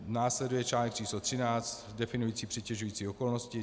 Následuje článek číslo třináct definující přitěžující okolnosti.